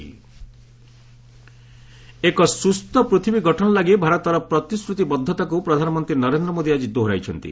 PM Earth Day ଏକ ସୁସ୍ଥ ପୃଥିବୀ ଗଠନ ଲାଗି ଭାରତର ପ୍ରତିଶ୍ରତିବଦ୍ଧତାକୁ ପ୍ରଧାନମନ୍ତ୍ରୀ ନରେନ୍ଦ୍ର ମୋଦି ଆଜି ଦୋହରାଇଛନ୍ତି